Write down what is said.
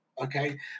okay